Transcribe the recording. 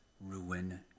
ruin